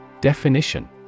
Definition